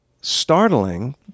startling